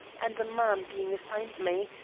and, a man being assigned me,